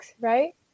right